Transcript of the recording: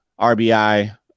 RBI